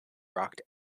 rock